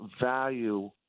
value